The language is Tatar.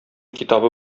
китабы